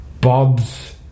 Bob's